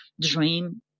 dream